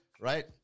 right